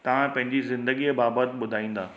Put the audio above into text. तव्हां पंहिंजी ज़िंदगीअ बाबति ॿुधाईंदा